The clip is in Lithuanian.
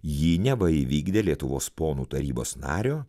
jį neva įvykdė lietuvos ponų tarybos nario